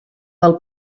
del